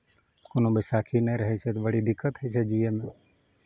कोनो बैशाखी नहि रहै छै तऽ बड़ी दिक्कत होइ छै जियैमे